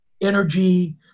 energy